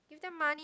give them money